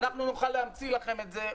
-- אנחנו נוכל להמציא את זה.